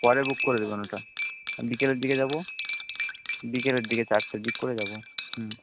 পরে বুক করে দেবেন ওটা বিকেলের দিকে যাবো বিকেলের দিকে চারটের দিক করে যাবো